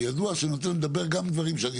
אני ידוע שנותן לדבר גם דברים שאני